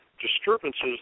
disturbances